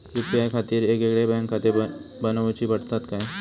UPI खातीर येगयेगळे बँकखाते बनऊची पडतात काय?